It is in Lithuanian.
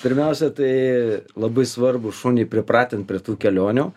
pirmiausia tai labai svarbu šunį pripratint prie tų kelionių